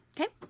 Okay